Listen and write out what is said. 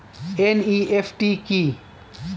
NEFT কি?